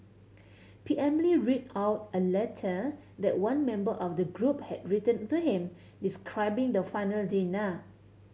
P M Lee read out a letter that one member of the group had written to him describing the final dinner